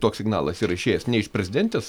toks signalas yra išėjęs ne iš prezidentės